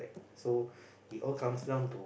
so it all comes down to